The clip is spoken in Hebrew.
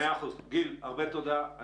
גיל, הרבה תודה.